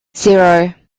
zero